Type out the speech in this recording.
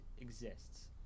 exists